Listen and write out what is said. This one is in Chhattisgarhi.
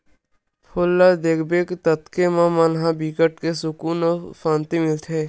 फूल ल देखबे ततके म मन ला बिकट के सुकुन अउ सांति मिलथे